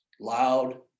loud